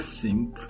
simp